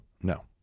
no